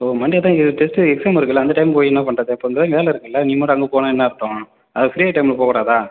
ஓ Monday தான் இங்கே test exam இருக்கில்ல அந்த டைம் போய் என்ன பண்ணுறது அப்போ அந்த டைம் வேலை இருக்கில்ல நீ மட்டும் அங்கே போனால் என்ன அர்த்தம் அது ஃபிரீயாக டைமில் போக கூடாதா